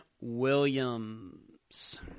Williams